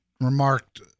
remarked